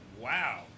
Wow